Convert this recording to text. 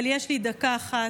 אבל יש לי דקה אחת,